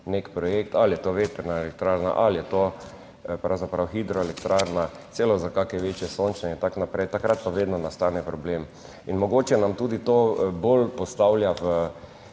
nek projekt, ali je to vetrna elektrarna ali je to pravzaprav hidroelektrarna, celo za kake večje sončne in tako naprej, takrat pa vedno nastane problem. In mogoče nam tudi to bolj postavlja